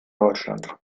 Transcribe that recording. deutschland